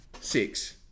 six